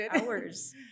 hours